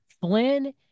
Flynn